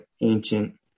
ancient